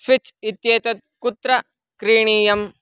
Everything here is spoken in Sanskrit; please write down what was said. स्विच् इत्येतत् कुत्र क्रीणीयम्